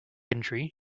injury